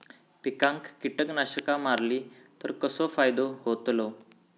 पिकांक कीटकनाशका मारली तर कसो फायदो होतलो?